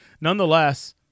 nonetheless